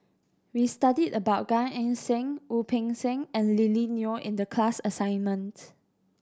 we studied about Gan Eng Seng Wu Peng Seng and Lily Neo in the class assignment